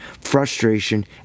frustration